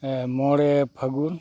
ᱢᱚᱬᱮ ᱯᱷᱟᱹᱜᱩᱱ